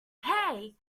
hey